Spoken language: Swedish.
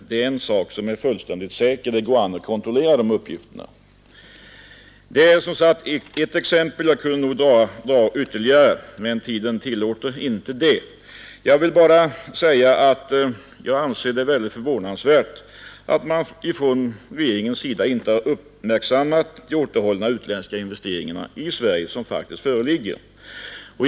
Det är en sak som är fullständigt säker, och det går an att kontrollera uppgifterna. Detta är som sagt ett exempel. Jag kunde dra fram ytterligare några, men tiden tillåter inte det. Jag vill bara tillägga att jag anser det mycket förvånansvärt att man från regeringens sida inte har uppmärksammat de återhållna utländska investeringarna i Sverige, som ändå är ett faktum.